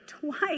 twice